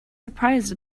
surprised